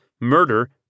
murder